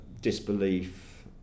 disbelief